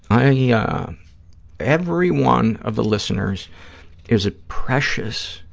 i, ah yeah every one of the listeners is a precious,